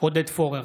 עודד פורר,